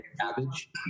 cabbage